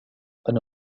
أنا